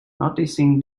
noticing